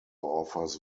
offers